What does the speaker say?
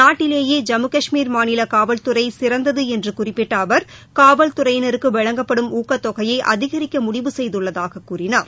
நாட்டிலேயே ஜம்மு காஷ்மீர் மாநில காவல்துறை சிறந்தது என்று குறிப்பிட்ட அவர் காவல்துறையினருக்கு வழங்கப்படும் ஊக்கத்தொகையை அதிகரிக்க முடிவு செய்துள்ளதாக கூறினார்